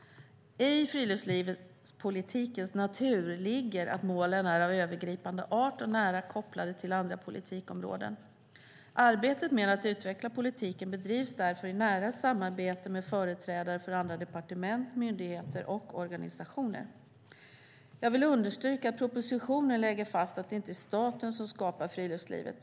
I friluftslivspolitikens natur ligger att målen är av övergripande art och nära kopplade till andra politikområden. Arbetet med att utveckla politiken bedrivs därför i nära samarbete med företrädare för andra departement, myndigheter och organisationer. Jag vill understryka att propositionen lägger fast att det inte är staten som skapar friluftslivet.